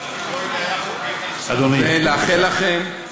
ולאחל לכם,